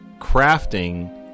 crafting